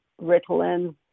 Ritalin